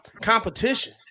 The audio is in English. Competition